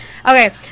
okay